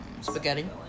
spaghetti